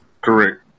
correct